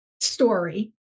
story